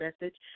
message